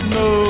no